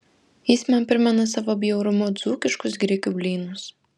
jis man primena savo bjaurumu dzūkiškus grikių blynus